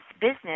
business